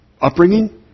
upbringing